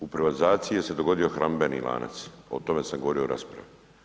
U privatizaciji se dogodio hranidbeni lanac, o tome sam govorio u raspravi.